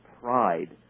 pride